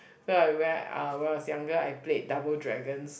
so I when uh when I was younger I played Double Dragons